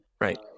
Right